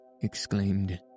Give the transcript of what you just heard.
exclaimed